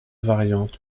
variantes